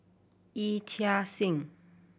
Yee Chia Hsing